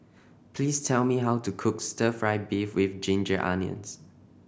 please tell me how to cook Stir Fry beef with ginger onions